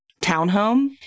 townhome